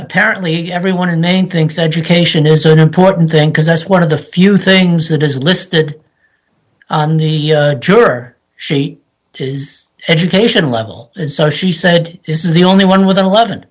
apparently everyone in name thinks education is an important thing because that's one of the few things that is listed on the juror sheet is education level and so she said this is the only one with an eleven